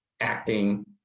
acting